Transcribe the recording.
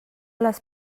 les